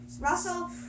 Russell